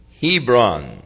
Hebron